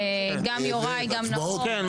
גם יוראי, גם נאור --- כן.